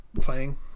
playing